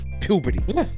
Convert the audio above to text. Puberty